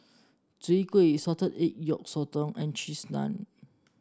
Soon Kway Salted Egg Yolk Sotong and Cheese Naan